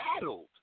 battled